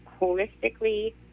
holistically